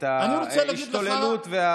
את ההשתוללות.